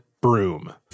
broom